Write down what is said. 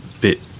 bit